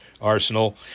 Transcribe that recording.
Arsenal